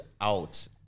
out